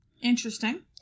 Interesting